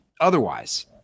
otherwise